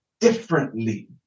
differently